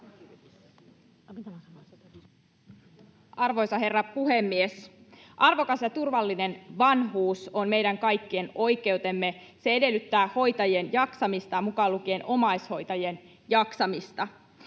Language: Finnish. Arvoisa herra puhemies! Arvokas ja turvallinen vanhuus on meidän kaikkien oikeus. Se edellyttää hoitajien jaksamista, mukaan lukien omaishoitajien jaksamisen.